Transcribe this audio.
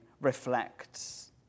reflects